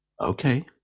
okay